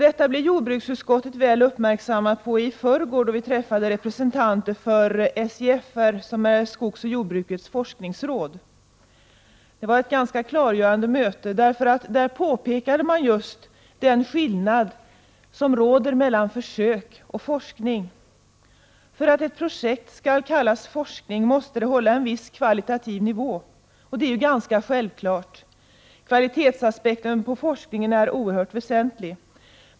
Detta blev vi i jordbruksutskottet väl uppmärksammade på i förrgår då vi träffade representanter för skogsoch jordbrukets forskningsråd, SJFR. Det var ett ganska klargörande möte. Där påpekade man just den skillnad som råder mellan försök och forskning. För att ett projekt skall kallas forskning måste det hålla en viss kvalitativ nivå — och det är ju rätt självklart. Kvalitetsaspekten på forskningen är oerhört väsentlig.